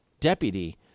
deputy